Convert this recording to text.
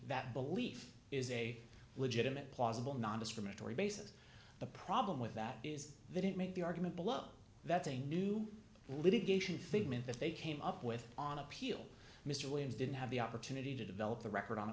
that belief is a legitimate plausible nondiscriminatory basis the problem with that is they didn't make the argument below that a new litigation figment that they came up with on appeal mr williams didn't have the opportunity to develop the record on